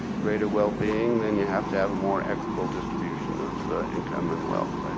greater well-being then you have to have a more equitable distribution of income and wealth.